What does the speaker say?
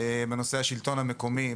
בנושא השלטון המקומי,